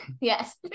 Yes